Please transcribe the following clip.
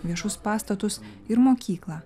viešus pastatus ir mokyklą